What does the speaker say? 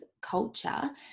culture